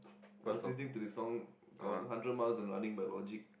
I was listening to this song called Hundred Miles and Running by logic